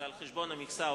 זה על-חשבון המכסה,